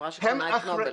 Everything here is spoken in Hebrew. החברה של נובל.